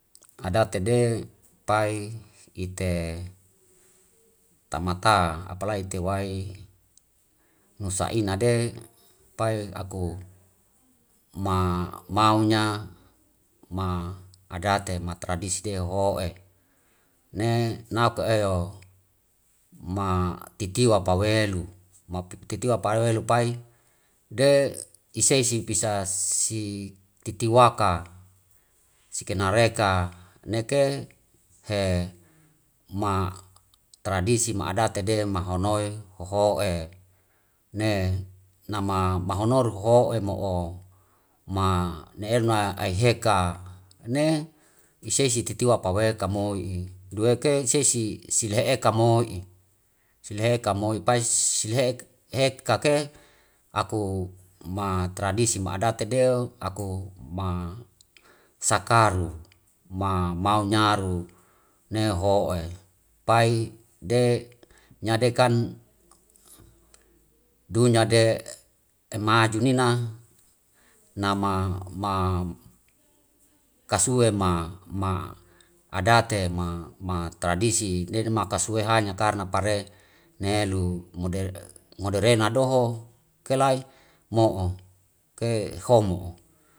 Adatede pai ite tamata apa lai ite wai nusa ina de pai aku mamau nya ma adate ma tradisi de hoho'e. Ne an aku eo ma titiwa pawelu, ma titiwa pawelu pai de isei sipisa si titiwaka siki nareka neke he ma tradiri ma adatede mahonoe hoho'e. Ne nama mahono ru hoho emo'o ma ne elna aiheka ne isei si titiwa paweka moi'i dueke sei si sila eka mo'i, sila eko moi pai sila he kake aku ma tradisi ma adatedeo aku ma sakaru, mamau nyaru ne hoho'e. Pai de nyade kan dunyade emaju nina nama kasue ma adate, ma tradisi dedema kasue hanya karna pare ne elu moderena loho kelai mo'o ke homo.